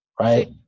right